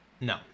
No